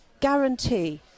guarantee